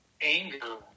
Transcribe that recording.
Anger